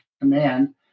command